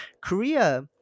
Korea